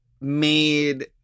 made